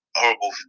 horrible